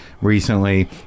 recently